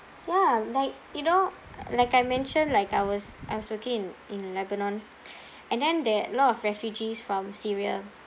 ya like you know like I mentioned like I was I was working in in lebanon and then there a lot of refugees from syria